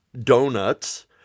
donuts